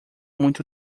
muito